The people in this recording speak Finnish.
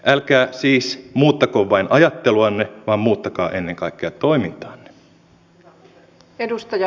älkää siis muuttako vain ajatteluanne vaan muuttakaa ennen kaikkea toimintaanne